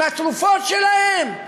מהתרופות שלהם.